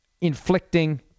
inflicting